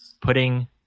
putting